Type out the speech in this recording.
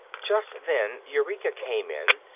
just then eureka came in,